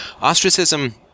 ostracism